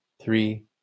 three